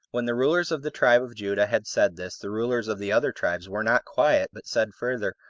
when the rulers of the tribe of judah had said this, the rulers of the other tribes were not quiet, but said further,